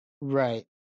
Right